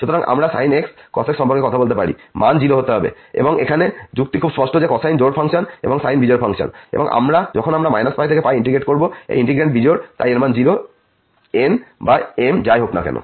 সুতরাং আমরা sin x cos x সম্পর্কে কথা বলতে পারি যাতে মান 0 হতে হবে এবং এখানে যুক্তি খুব স্পষ্ট যে কোসাইন্ জোড় ফাংশন এখানে সাইন বিজোড় ফাংশন এবং যখন আমরা π থেকে এ ইন্টিগ্রেট করবো এই ইন্টিগ্র্যান্ড বিজোড় তাই এর মান 0 n বা m যাই হোক না কেন